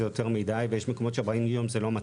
יותר מידי ויש מקומות שבהם 40 יום זה עוד לא מתחיל.